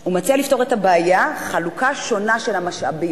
הוא מציע לפתור את הבעיה, חלוקה שונה של המשאבים.